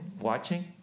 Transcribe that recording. watching